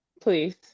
please